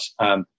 Yes